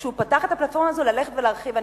שהוא פתח את הפלטפורמה הזאת ללכת ולהרחיב.